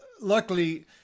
luckily